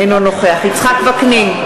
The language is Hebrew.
אינו נוכח יצחק וקנין,